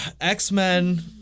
X-Men